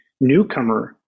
newcomer